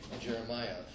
Jeremiah